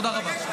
תודה רבה.